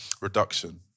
reduction